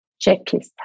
checklist